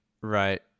Right